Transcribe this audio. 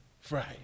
Friday